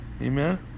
Amen